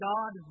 God